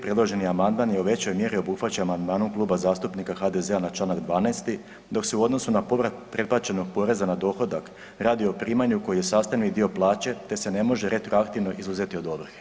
Predloženi amandman je u većoj mjeri obuhvaćen amandmanom Kluba zastupnika HDZ-a na čl. 12., dok je u odnosu na povrat preplaćenog poreza na dohodak radi o primanju koji je sastavni dio plaće te se ne može retroaktivno izuzeti od ovrhe.